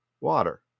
water